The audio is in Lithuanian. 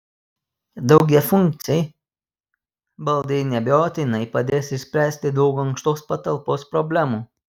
daugiafunkciai baldai neabejotinai padės išspręsti daug ankštos patalpos problemų